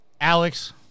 Alex